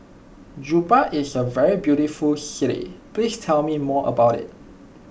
Juba is a very beautiful city please tell me more about it